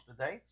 today